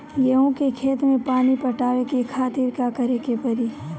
गेहूँ के खेत मे पानी पटावे के खातीर का करे के परी?